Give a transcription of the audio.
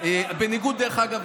דרך אגב,